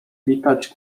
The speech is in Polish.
witać